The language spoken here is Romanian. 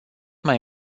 mai